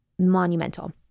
monumental